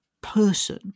person